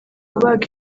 kubaga